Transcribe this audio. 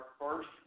first